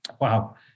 wow